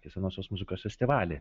tai senosios muzikos festivalį